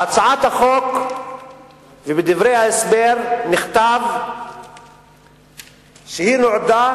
בהצעת החוק ובדברי ההסבר נכתב שהיא נועדה